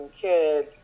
kid